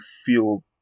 feel